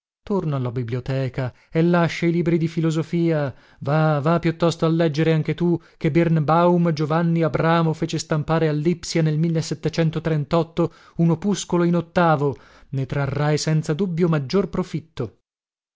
torna alla biblioteca e lascia i libri di filosofia va va piuttosto a leggere anche tu che birnbaum giovanni abramo fece stampare a lipsia nel un opuscolo in o ne trarrai senza dubbio maggior profitto